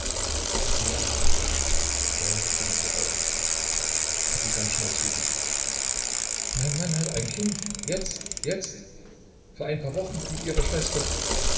sie wankte er fing sie auf sie kam schnell zu sich mein mann hat ein kind jetzt jetzt vor ein paar wochen mit ihrer schwester